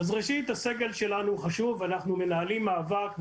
הסגל שלנו חשוב ואנחנו מנהלים מאבק.